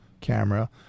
camera